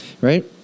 right